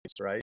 right